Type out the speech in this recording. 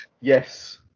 Yes